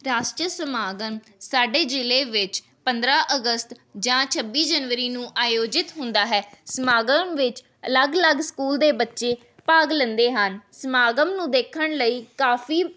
ਰਾਸ਼ਟਰੀ ਸਮਾਗਮ ਸਾਡੇ ਜ਼ਿਲ੍ਹੇ ਵਿੱਚ ਪੰਦਰਾਂ ਅਗਸਤ ਜਾਂ ਛੱਬੀ ਜਨਵਰੀ ਨੂੰ ਆਯੋਜਿਤ ਹੁੰਦਾ ਹੈ ਸਮਾਗਮ ਵਿੱਚ ਅਲੱਗ ਅਲੱਗ ਸਕੂਲ ਦੇ ਬੱਚੇ ਭਾਗ ਲੈਂਦੇ ਹਨ ਸਮਾਗਮ ਨੂੰ ਦੇਖਣ ਲਈ ਕਾਫੀ